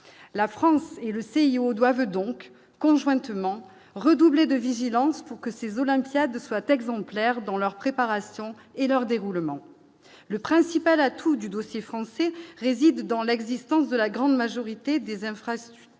la France et le CIO doivent donc conjointement redoubler de vigilance pour que ces olympiades soit exemplaire dans leur préparation et leur déroulement, le principal atout du dossier français réside dans l'existence de la grande majorité des infrastructures